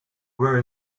were